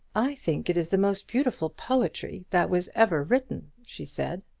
i think it is the most beautiful poetry that was ever written, she said.